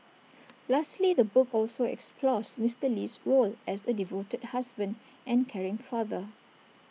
lastly the book also explores Mister Lee's role as A devoted husband and caring father